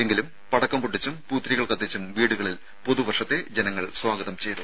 എങ്കിലും പടക്കം പൊട്ടിച്ചും പൂത്തിരികൾ കത്തിച്ചും വീടുകളിൽ പുതുവർഷത്തെ ജനങ്ങൾ സ്വാഗതം ചെയ്തു